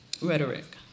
rhetoric